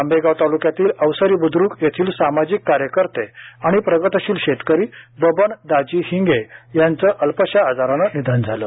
आंबेगाव ताल्क्यातील अवसरी ब्द्रक येथील सामाजिक कार्यकर्ते आणि प्रगतीशील शेतकरी बबन दाजी हिंगे यांचे अल्पशा आजाराने निधन झाले